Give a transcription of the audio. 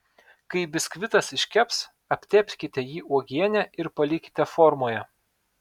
kai biskvitas iškeps aptepkite jį uogiene ir palikite formoje